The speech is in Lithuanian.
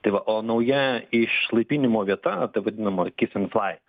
tai va o nauja išlaipinimo vieta ta vadinama kiss and flight